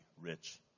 rich